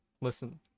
listen